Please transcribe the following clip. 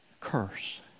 curse